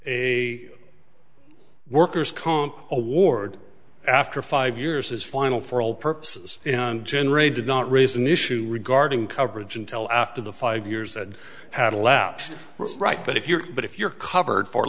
a worker's comp award after five years is final for all purposes and generally did not raise an issue regarding coverage until after the five years and had elapsed right but if you're but if you're covered for